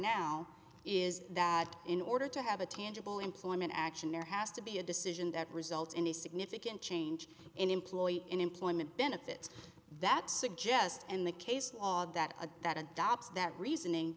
now is that in order to have a tangible employment action there has to be a decision that results in a significant change in employee in employment benefits that suggest in the case law that a that adopts that reasoning